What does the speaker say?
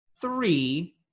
three